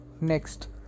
Next